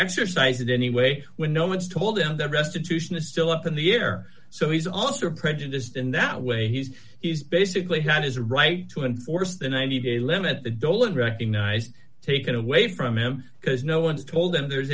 exercise it anyway when no one's told him that restitution is still up in the air so he's also prejudiced in that way he's he's basically had his right to enforce the ninety day limit the dolan recognized taken away from him because no one's told him there's